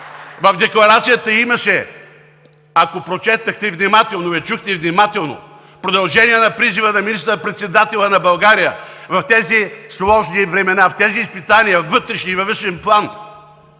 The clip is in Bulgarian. в декларацията имаше, ако прочетохте внимателно и я чухте внимателно, продължение на призива на министър-председателя на България в тези сложни времена, в тези изпитания във вътрешен и във външен план,